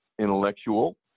intellectual